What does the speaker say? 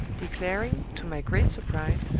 declaring, to my great surprise,